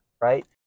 right